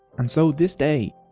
and so this day.